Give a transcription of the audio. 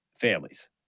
families